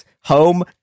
home